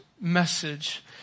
message